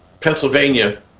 Pennsylvania